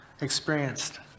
experienced